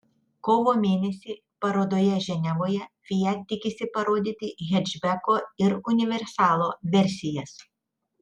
kovo mėnesį parodoje ženevoje fiat tikisi parodyti hečbeko ir universalo versijas